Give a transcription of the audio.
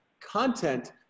content